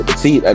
see